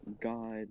God